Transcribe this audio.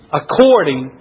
according